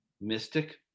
mystic